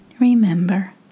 remember